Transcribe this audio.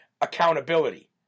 accountability